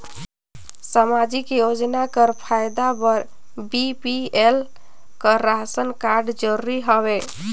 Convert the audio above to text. समाजिक योजना कर फायदा बर बी.पी.एल कर राशन कारड जरूरी हवे?